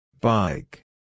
Bike